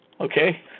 Okay